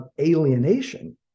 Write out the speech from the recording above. alienation